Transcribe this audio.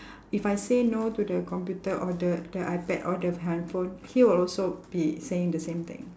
if I say no to the computer or the the iPad or the handphone he will also be saying the same thing